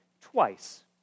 twice